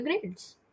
grades